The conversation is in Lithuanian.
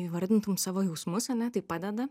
įvardintum savo jausmus ane tai padeda